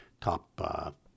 top—